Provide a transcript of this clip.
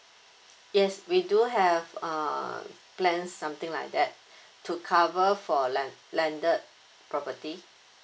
yes we do have uh plans something like that to cover for land~ landed property